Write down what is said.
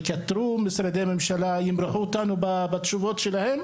למשל שש, תצטרך לשלם מחיר מלא עבור הצהרון.